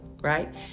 right